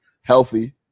healthy